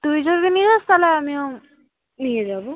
তুই যদি নিয়ে যাস তাহলে আমিও নিয়ে যাব